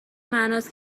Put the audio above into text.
معناست